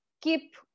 keep